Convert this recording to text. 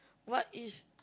what is